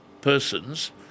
persons